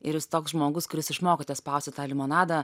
ir jūs toks žmogus kuris išmokote spausti tą limonadą